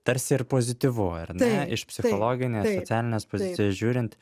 tarsi ir pozityvu ar ne iš psichologinės socialinės pozicijos žiūrint